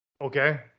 Okay